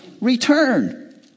return